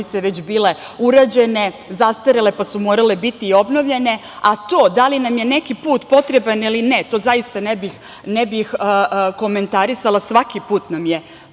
već bile urađene, zastarele, pa su morale biti obnovljene, a to da li nam je neki potreban ili ne, zaista ne bih komentarisala. Svaki put nam je